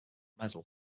medal